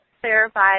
clarify